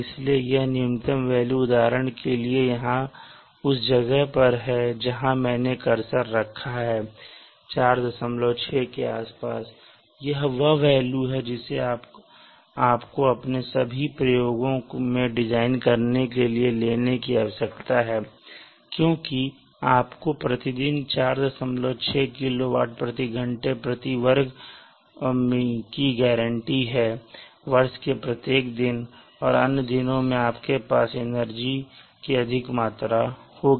इसलिए यह न्यूनतम वेल्यू उदाहरण के लिए यहां उस जगह पर है जहां मैंने कर्सर रखा था 46 के आसपास और वह वेल्यू वह है जिसे आपको अपने सभी प्रयोगों को डिज़ाइन करने के लिए लेने की आवश्यकता है क्योंकि आपको प्रति दिन 46 किलोवाट प्रति घंटे प्रति वर्ग वर्ग की गारंटी है वर्ष के प्रत्येक दिन और अन्य दिनों में आपके पास एनर्जी की अधिक मात्रा होगी